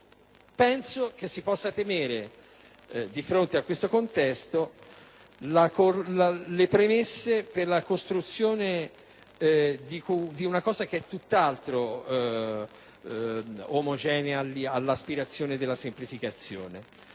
Penso che si possano temere, di fronte a questo contesto, le premesse per la costruzione di una cosa che è tutt'altro che omogenea all'aspirazione della semplificazione.